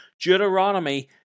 Deuteronomy